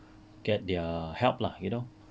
get their help lah you know